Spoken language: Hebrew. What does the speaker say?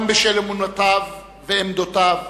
גם בשל אמונותיו ועמדותיו,